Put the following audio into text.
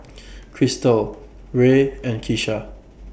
Cristal Ray and Kisha